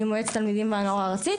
ואני ממועצת התלמידים והנוער הארצית.